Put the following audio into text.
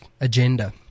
agenda